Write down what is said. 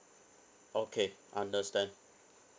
okay understand